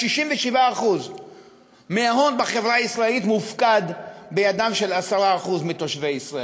67% מההון בחברה הישראלית מופקד בידם של 10% מתושבי ישראל.